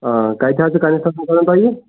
آ کتہِ حظ چھُ کنسٹرٛیٚکشن کرٕنۍ تۄہہِ